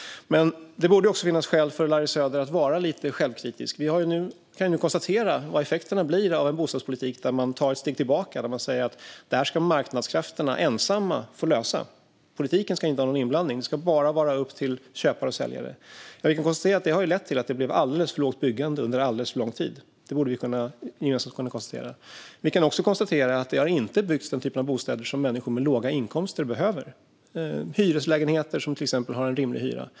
Det borde finnas skäl för Larry Söder att vara lite självkritisk. Vi kan nu konstatera vad effekterna blir av en bostadspolitik som innebär att man tar ett steg tillbaka och säger: "Det här ska marknadskrafterna ensamma få lösa. Politiken ska inte vara inblandad. Det ska bara vara upp till köpare och säljare." Det ledde till alldeles för låg nivå på byggande under alldeles för lång tid. Det borde vi kunna konstatera gemensamt. Vi kan också konstatera att det inte har byggts bostäder som människor med låga inkomster behöver, till exempel hyreslägenheter som har en rimlig hyra.